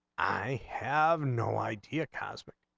i have no idea cusp